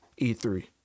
E3